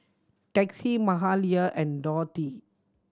Texie Mahalia and Dorthey